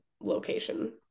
location